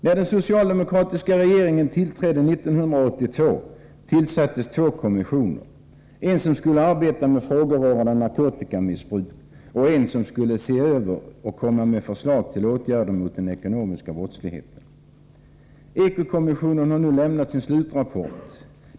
När den socialdemokratiska regeringen tillträdde 1982 tillsattes två kommissioner, en som skulle arbeta med frågor rörande narkotikamissbruk och en som skulle se över och komma med förslag till åtgärder mot den ekonomiska brottsligheten. Eko-kommissionen har nu lämnat sin slutrapport.